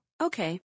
Okay